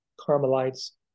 Carmelites